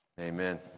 Amen